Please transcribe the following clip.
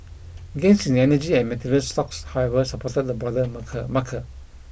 gains in energy and materials stocks however supported the broader marker marker